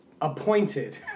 appointed